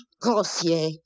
Grossier